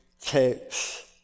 takes